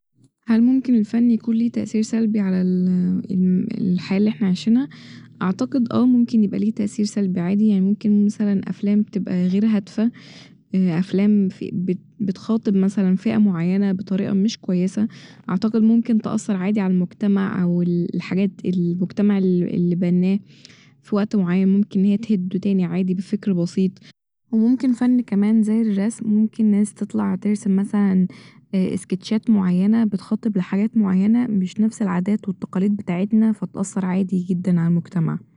هل ممكن الفن يكون ليه تأثير سلبي على ال الم- الحياة اللي احنا عايشينها ؟ اعتقد اه ممكن يبقى ليه تاثير سلبي عادي يعني ممكن مثلا الافلام تبقى غير هادفة افلام ف- بت- بتخاطب مثلا فئة معينة بطريقة مش كويسة اعتقد ممكن تأثر عادي ع المجتمع او الحاجات المجتمع الل- الل بناه ، ف وقت معين ممكن ان هي تهده تاني عادي بفكر بسيط ، وممكن فن كمان زي الرسم ، ممكن ناس تطلع ترسم مثلا اسكيتشات معينة بتخاطب لحاجات معينة مش نفس العادات والتقاليد بتاعتنا ف تأثر عادي جدا ع المجتمع